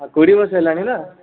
ଆଉ କୋଡ଼ିଏ ବର୍ଷ ହେଲାଣି ନା